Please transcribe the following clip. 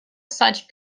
such